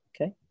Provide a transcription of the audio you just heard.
Okay